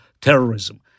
terrorism